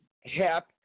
hip